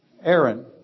Aaron